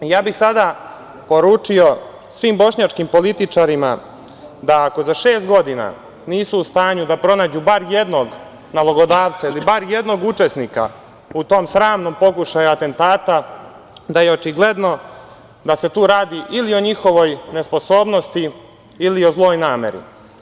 Sada bih ja poručio svih bošnjačkim političarima da ako za šest godina nisu u stanju da pronađu bar jednog nalogodavca ili bar jednog učesnika u tom sramnom pokušaju atentata da je očigledno da se tu radi ili o njihovoj nesposobnosti ili o zloj nameri.